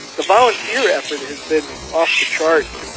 the volunteer effort has been off-the-charts,